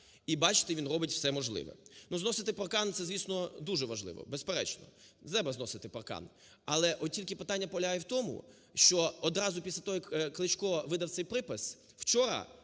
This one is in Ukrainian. і, бачите, він робить все можливе. Ну, зносити паркан – це, звісно, дуже важливо, безперечно, треба зносити паркан, але от тільки питання полягає в тому, що одразу після того, як Кличко видав цей припис,